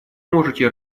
можете